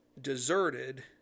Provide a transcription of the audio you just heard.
deserted